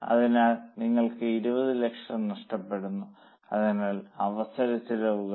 അതിനാൽ നിങ്ങൾക്ക് 20 ലക്ഷം നഷ്ടപ്പെടുന്നു അതാണ് അവസര ചെലവുകൾ